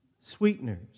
sweeteners